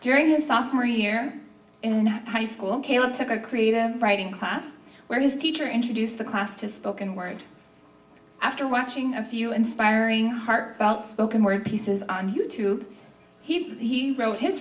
during his sophomore year in high school ok i took a creative writing class where his teacher introduced the class to spoken word after watching a few inspiring heartfelt spoken word pieces on you tube he wrote his